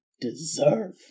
deserve